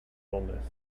illness